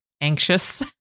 anxious